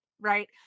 right